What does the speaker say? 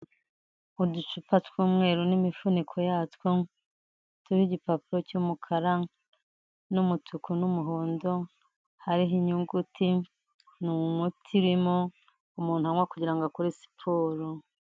Uducupa tw'umweru n'imifuniko yatwo turiho igipapuro cy'umukara n'umutuku n'umuhondo, hariho inyuguti, ni umuti urimo umuntu anywa kugira ngo akore siporo.